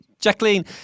Jacqueline